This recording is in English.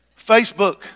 Facebook